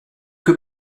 que